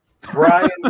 Brian